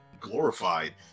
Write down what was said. glorified